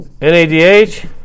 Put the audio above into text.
NADH